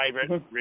favorite